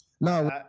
no